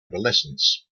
adolescents